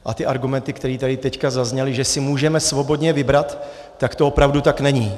A ty argumenty, které tady teď zazněly, že si můžeme svobodně vybrat, tak to opravdu tak není.